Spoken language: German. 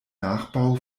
nachbau